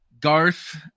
Garth